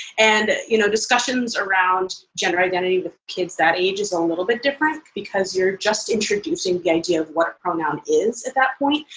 and you know discussions around gender identity with kids that age is a little bit different because you're just introducing the idea of what pronoun is at that point,